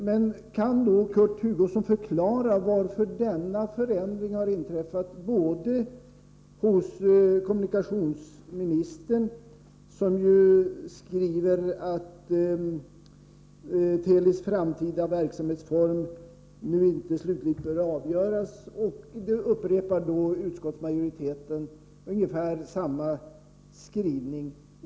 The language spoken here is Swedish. Men kan Kurt Hugosson då förklara varför denna förändring har inträffat både hos kommunikationsministern, som ju skriver att Telis framtida verksamhetsform nu inte slutligt bör avgöras, och hos utskottsmajoriteten som använder ungefär samma skrivning.